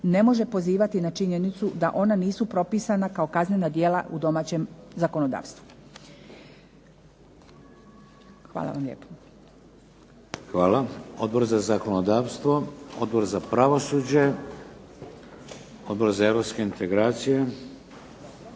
ne može pozivati na činjenicu da ona nisu propisana kao kaznena djela u domaćem zakonodavstvu. Hvala vam lijepo. **Šeks, Vladimir (HDZ)** Hvala. Odbor za zakonodavstvo, Odbor za pravosuđe, Odbor za Europske integracije?